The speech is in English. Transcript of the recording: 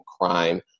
crime